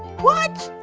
what?